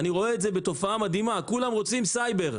אני רואה את התופעה המדהימה שכולם רוצים סייבר.